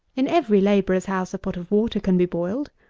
in every labourer's house a pot of water can be boiled.